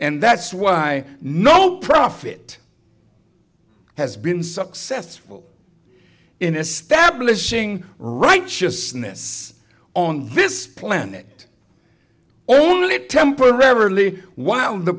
and that's why no profit has been successful in establishing righteousness on this planet only temporarily while the